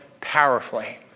powerfully